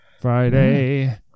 Friday